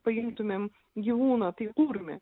paimtumėm gyvūną tai kurmį